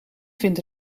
vindt